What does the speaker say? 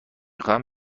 خواهم